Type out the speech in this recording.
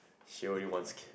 she only wants kid